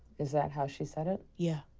is that how she said it? yeah.